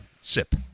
sip